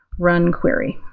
run query.